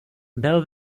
byl